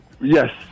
Yes